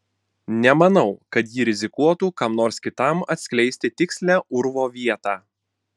nemanau kad ji rizikuotų kam nors kitam atskleisti tikslią urvo vietą